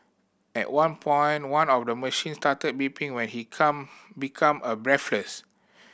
at one point one of the machine started beeping when he come became a breathless